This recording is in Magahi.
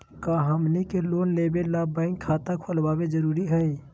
का हमनी के लोन लेबे ला बैंक खाता खोलबे जरुरी हई?